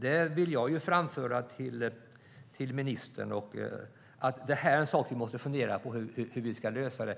Jag vill framföra till ministern att det är något vi måste fundera på hur vi ska lösa.